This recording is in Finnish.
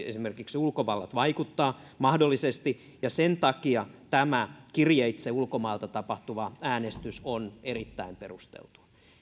esimerkiksi ulkovallat vaikuttaa mahdollisesti ja sen takia tämä kirjeitse ulkomailta tapahtuva äänestys on erittäin perusteltua